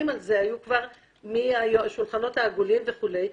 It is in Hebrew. על זה היו הרבה לפני החל מהשולחנות העגולים וכולי.